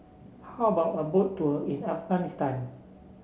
how about a Boat Tour in Afghanistan